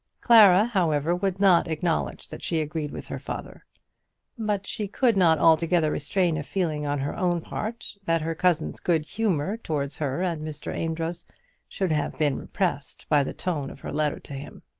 clara, however, would not acknowledge that she agreed with her father but she could not altogether restrain a feeling on her own part that her cousin's good humour towards her and mr. amedroz should have been repressed by the tone of her letter to him.